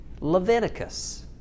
Leviticus